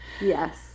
Yes